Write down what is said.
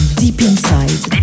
deepinside